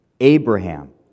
Abraham